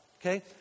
Okay